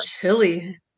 Chilly